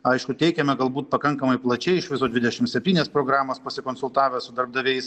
aišku teikiame galbūt pakankamai plačiai iš viso dvydešim septynias programos pasikonsultavę su darbdaviais